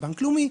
בבנק לאומי,